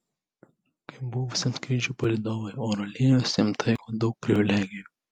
kaip buvusiam skrydžių palydovui oro linijos jam taiko daug privilegijų